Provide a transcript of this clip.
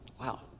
Wow